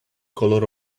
color